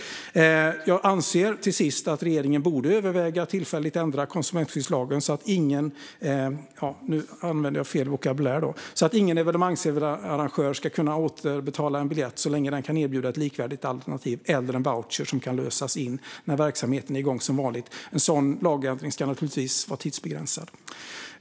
Jag anser till sist att regeringen borde överväga att tillfälligt ändra i konsumentskyddslagen så att ingen - nu använder jag fel vokabulär - evenemangsarrangör ska behöva återbetala en biljett så länge man kan erbjuda ett likvärdigt alternativ eller en voucher som kan lösas in när verksamheten är igång som vanligt. En sådan lagändring ska naturligtvis vara tidsbegränsad.